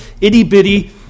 itty-bitty